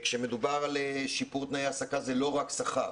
כשמדובר על שיפור תנאי העסקה זה לא רק שכר,